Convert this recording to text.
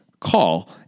call